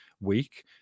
week